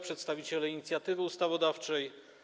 Przedstawiciele Inicjatywy Ustawodawczej!